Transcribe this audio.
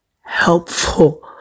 helpful